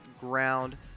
Ground